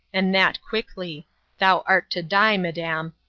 and that quickly thou art to die, madam.